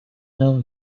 known